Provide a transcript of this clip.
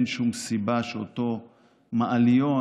אין שום סיבה שאותו מעלון,